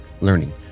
learning